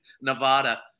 Nevada